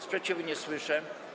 Sprzeciwu nie słyszę.